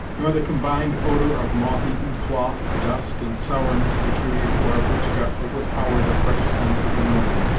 nor the combined odour of moth-eaten cloth, dust, and sourness peculiar to our britchka overpower the fresh scents of the morning.